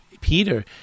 Peter